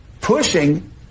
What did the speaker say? pushing